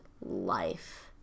life